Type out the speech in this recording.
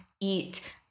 eat